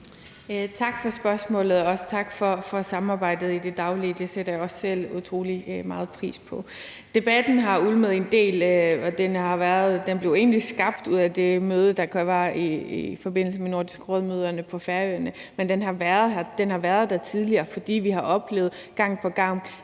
Tak for spørgsmålet. Og også tak for samarbejdet i det daglige; det sætter jeg også selv utrolig meget pris på. Debatten har ulmet en del, og den blev egentlig skabt ud af det møde, der var i forbindelse med Nordisk Råd-møderne på Færøerne, men den har været der tidligere, fordi vi gang på gang